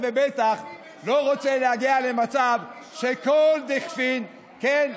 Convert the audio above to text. ובטח לא רוצה להגיע למצב שכל דכפין ------ כן,